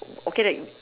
okay